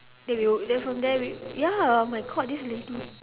then we were then from there we ya oh my god this lady